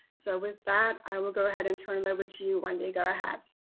so with that i will go ahead and turn and over to you, wendy, go ahead.